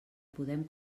podem